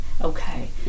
Okay